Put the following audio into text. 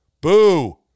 Boo